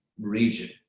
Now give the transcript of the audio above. region